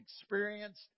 experienced